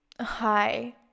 hi